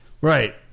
Right